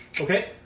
Okay